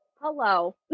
hello